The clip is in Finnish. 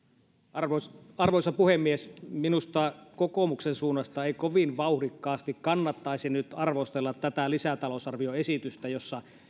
arvoisa puhemies minusta kokoomuksen suunnasta ei kovin vauhdikkaasti kannattaisi nyt arvostella tätä lisätalousarvioesitystä jossa